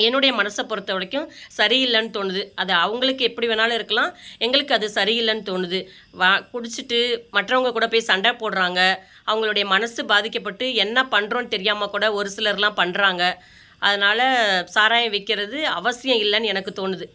என்னுடைய மனதைப் பொறுத்தவரைக்கும் சரியில்லைன்னு தோணுது அது அவங்களுக்கு எப்படி வேணாலும் இருக்கலாம் எங்களுக்கு அது சரியில்லைன்னு தோணுது வா குடிச்சுட்டு மற்றவங்க கூட போய் சண்டை போடுறாங்க அவங்களுடைய மனது பாதிக்கப்பட்டு என்ன பண்ணுறோன்னு தெரியாமல் கூட ஒரு சிலரெலாம் பண்ணுறாங்க அதனால் சாராயம் விற்கிறது அவசியம் இல்லைன்னு எனக்குத் தோணுது